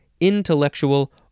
intellectual